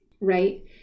right